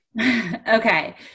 Okay